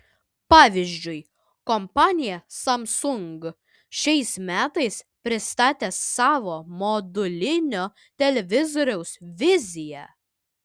pavyzdžiui kompanija samsung šiais metais pristatė savo modulinio televizoriaus viziją